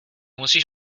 musíš